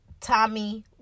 tommy